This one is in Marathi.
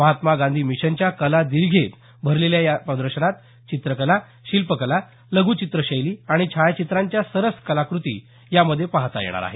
महात्मा गांधी मिशनच्या कला दीर्घेत भरलेल्या या प्रदर्शनात चित्रकला शिल्पकला लघ्रचित्रशैली आणि छायाचित्रांच्या सरस कलाकृती यामध्ये पाहता येणार आहेत